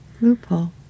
Loophole